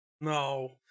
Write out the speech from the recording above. No